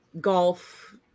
Golf